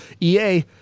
EA